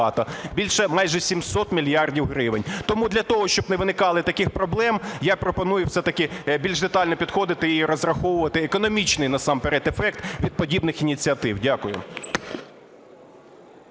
– майже 700 мільярдів гривень. Тому для того, щоб не виникало таких проблем, я пропоную все-таки більш детально підходити і розраховувати економічний насамперед ефект від подібних ініціатив. Дякую.